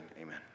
Amen